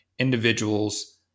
individuals